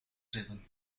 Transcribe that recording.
zitten